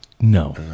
no